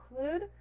include